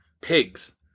Pigs